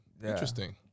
Interesting